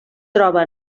troba